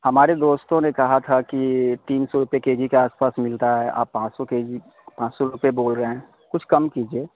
ہمارے دوستوں نے کہا تھا کہ تین سو روپے کے جی کے آس پاس ملتا ہے آپ پانچ سو کے جی پانچ سو روپے بول رہے ہیں کچھ کم کیجیے